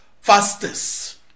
fastest